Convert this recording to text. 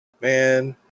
Man